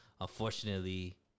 unfortunately